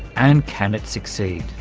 and can it succeed?